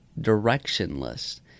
directionless